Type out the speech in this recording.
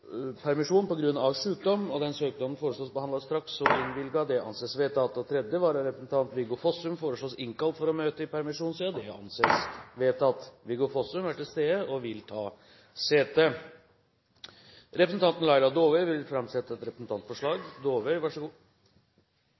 permisjon, på grunn av sykdom. Etter forslag fra presidenten ble enstemmig besluttet: Søknaden behandles straks og innvilges Tredje vararepresentant, Viggo Fossum, innkalles for å møte i permisjonstiden Viggo Fossum er til stede og vil ta sete. Representanten Laila Dåvøy vil framsette et representantforslag.